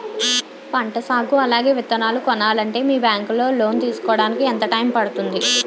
పంట సాగు అలాగే విత్తనాలు కొనాలి అంటే మీ బ్యాంక్ లో లోన్ తీసుకోడానికి ఎంత టైం పడుతుంది?